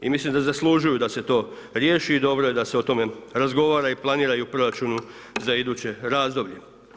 I mislim da zaslužuju da se to riješi i dobro je da se o tome razgovara i planira i u proračunu za iduće razdoblje.